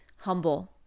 humble